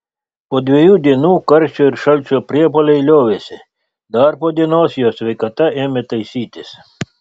po dviejų dienų karščio ir šalčio priepuoliai liovėsi dar po dienos jo sveikata ėmė taisytis